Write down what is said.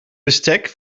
bestek